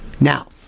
now